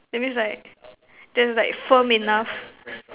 that means like thats like firm enough